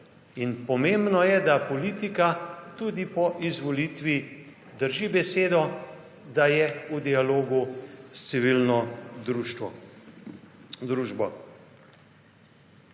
pomembno je, da politika tudi po izvolitvi drži besedo, da je v dialogu s civilno družbo.